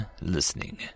listening